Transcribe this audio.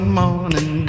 morning